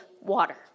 water